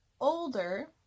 older